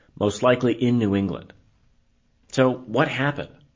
most likely in new england so what happened?